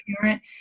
parent